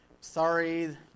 Sorry